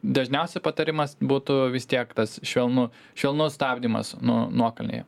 dažniausiai patarimas būtų vis tiek tas švelnu švelnus stabdymas nu nuokalnėje